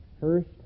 First